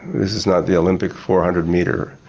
this is not the olympic four hundred metre.